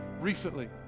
recently